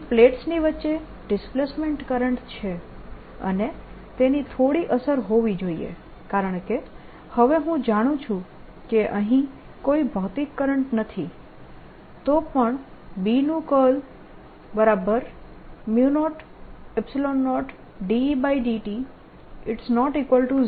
અહીં પ્લેટસની વચ્ચે ડિસ્પ્લેસમેન્ટ કરંટ છે અને તેની થોડી અસર હોવી જોઈએ કારણકે હવે હું જાણું છું કે અહીં કોઈ ભૌતિક કરંટ નથી તો પણ B નું કર્લ B00Et0 છે